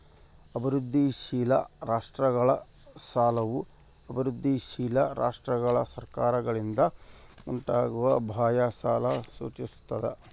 ಅಭಿವೃದ್ಧಿಶೀಲ ರಾಷ್ಟ್ರಗಳ ಸಾಲವು ಅಭಿವೃದ್ಧಿಶೀಲ ರಾಷ್ಟ್ರಗಳ ಸರ್ಕಾರಗಳಿಂದ ಉಂಟಾಗುವ ಬಾಹ್ಯ ಸಾಲ ಸೂಚಿಸ್ತದ